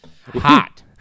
Hot